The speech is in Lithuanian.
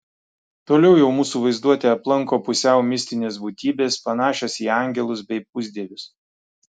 toliau jau mūsų vaizduotę aplanko pusiau mistinės būtybės panašios į angelus bei pusdievius